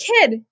kid